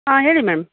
ಹಾಂ ಹೇಳಿ ಮ್ಯಾಮ್